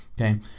Okay